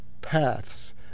paths